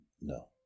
no